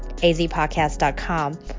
azpodcast.com